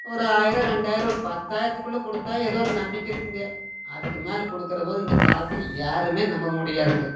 ஒரு ஆயிரம் ரெண்டாயிரோம் ஒரு பத்தாயிரத்துக்குள்ளே கொடுத்தா எதோ ஒரு நம்பிக்கை இருக்குதுங்க அதுக்கு மேலே கொடுக்குறபோது இந்த காலத்தில் யாருமே நம்ப முடியாதுங்க